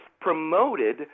promoted